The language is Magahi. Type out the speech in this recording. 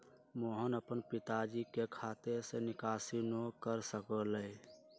मोहन अपन पिताजी के खाते से निकासी न कर सक लय